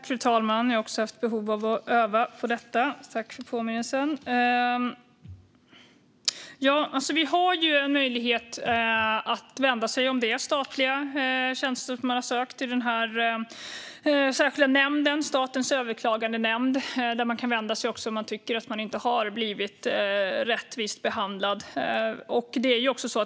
Fru talman! Jag har också haft behov av att öva på detta. Tack för påminnelsen. Om man har sökt en statlig tjänst har man möjlighet att vända sig till en särskild nämnd, Statens överklagandenämnd, om man inte tycker att man har blivit rättvist behandlad.